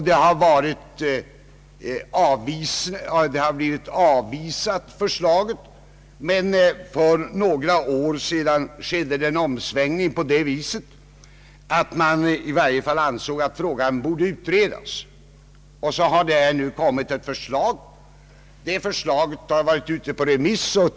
Det har ständigt blivit avvisat, men för några år sedan skedde en omsvängning så att man ansåg att frågan borde utredas. Nu har kommit ett förslag, som varit ute på remiss.